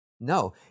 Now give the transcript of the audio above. No